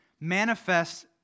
manifests